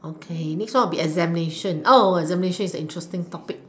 okay next one will be examinations examinations is an interesting topic